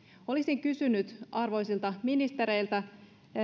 olisin kysynyt arvoisilta ministereiltä